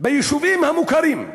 ביישובים המוכרים,